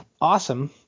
awesome